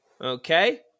Okay